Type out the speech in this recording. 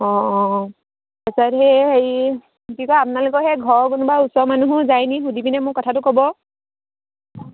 অঁ অঁ তাৰপিছত সেই হেৰি কি কয় আপোনালোকৰ সেই ঘৰৰ কোনোবা ওচৰৰ মানুহো যায় নেকি সুধি পিনে মোক কথাটো ক'ব